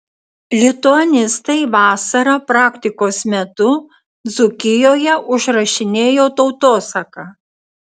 lituanistai vasarą praktikos metu dzūkijoje užrašinėjo tautosaką